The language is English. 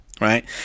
right